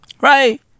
Right